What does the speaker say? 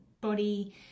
body